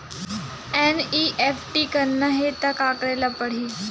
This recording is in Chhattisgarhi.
एन.ई.एफ.टी करना हे त का करे ल पड़हि?